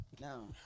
No